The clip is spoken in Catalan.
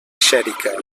xèrica